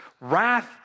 wrath